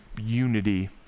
unity